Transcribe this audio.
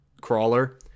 crawler